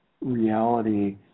reality